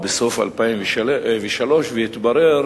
והתברר